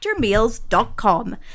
factormeals.com